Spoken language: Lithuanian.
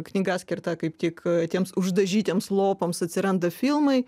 knyga skirta kaip tik tiems uždažytiems lopams atsiranda filmai